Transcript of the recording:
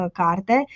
carte